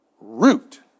Root